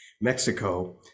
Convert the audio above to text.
Mexico